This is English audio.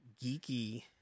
geeky